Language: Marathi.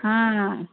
हां